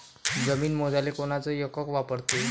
जमीन मोजाले कोनचं एकक वापरते?